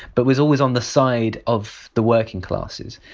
but was always on the side of the working classes.